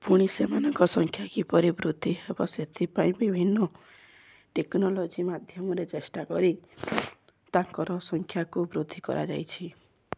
ପୁଣି ସେମାନଙ୍କ ସଂଖ୍ୟା କିପରି ବୃଦ୍ଧି ହେବ ସେଥିପାଇଁ ବିଭିନ୍ନ ଟେକ୍ନୋଲୋଜି ମାଧ୍ୟମରେ ଚେଷ୍ଟା କରି ତାଙ୍କର ସଂଖ୍ୟାକୁ ବୃଦ୍ଧି କରାଯାଇଛି